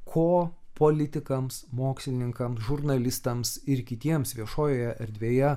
ko politikams mokslininkams žurnalistams ir kitiems viešojoje erdvėje